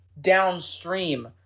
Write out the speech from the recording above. downstream